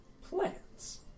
plans